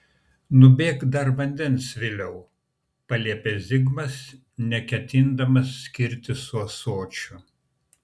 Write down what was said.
nubėk dar vandens viliau paliepė zigmas neketindamas skirtis su ąsočiu